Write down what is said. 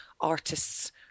artists